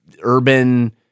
urban